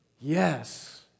Yes